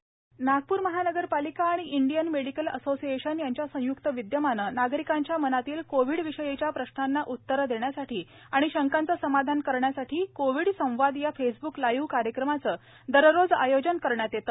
मनपा नागपूर महानगरपालिका आणि इंडियन मेडिकल असोसिएशन यांच्या संय्क्त विद्यमाने नागरिकांच्या मनातील कोव्हिडविषयीच्या प्रश्नांना उत्तरे देण्यासाठी आणि शंकांचे समाधान करण्यासाठी कोव्हिड संवाद या फेसबुक लाईव्ह कार्यक्रमाचे दररोज आयोजन करण्यात येते